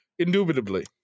Indubitably